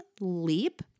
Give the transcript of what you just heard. leap